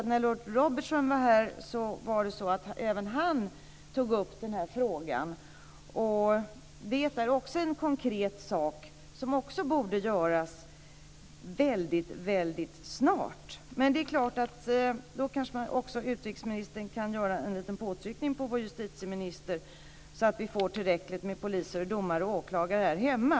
När lord Robertson var här tog även han upp denna fråga. Det är något konkret som också borde göras väldigt snart. Men utrikesministern kanske kan göra en liten påtryckning på vår justitieminister så att vi får tillräckligt med poliser, domare och åklagare här hemma.